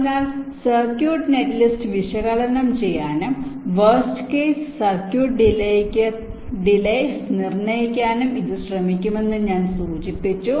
അതിനാൽ circuit netlist വിശകലനം ചെയ്യാനും വേർസ്റ് കേസ് സർക്യൂട്ട് ഡിലെയ്സ് നിർണ്ണയിക്കാനും ഇത് ശ്രമിക്കുമെന്ന് ഞാൻ സൂചിപ്പിച്ചു